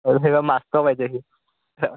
অ এইবাৰ মাষ্টৰ পাইছে সি